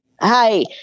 Hi